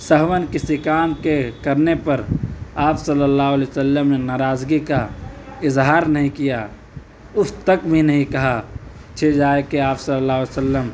سہواً کسی کام کے کرنے پر آپ صلی اللّہ علیہ و سلّم نے ناراضگی کا اظہار نہیں کیا اف تک بھی نہیں کہا چہ جائے کہ آپ صلی اللّہ علیہ و سلّم